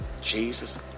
Jesus